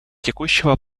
текущего